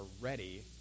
ready